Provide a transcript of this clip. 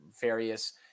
various